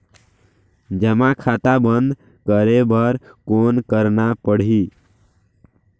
जमा खाता बंद करे बर कौन करना पड़ही?